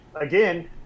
again